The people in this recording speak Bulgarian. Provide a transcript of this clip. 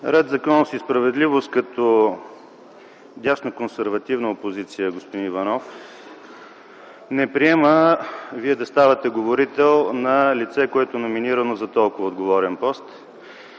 „Ред, законност и справедливост” като дясна консервативна опозиция, господин Иванов, не приема Вие да ставате говорител на лице, което е номинирано за толкова отговорен пост.